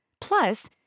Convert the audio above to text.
Plus